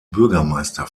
bürgermeister